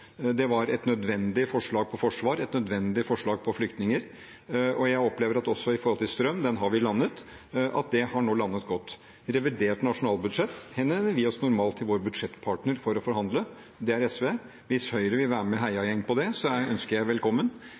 Det var et nødvendig forslag på forsvar og et nødvendig forslag på flyktninger. Jeg opplever at også det vi la fram når det gjelder strøm, nå har landet godt. I forbindelse med revidert nasjonalbudsjett henvender vi oss normalt til vår budsjettpartner for å forhandle. Det er SV. Hvis Høyre vil være med i heiagjengen for det, ønsker jeg dem velkommen.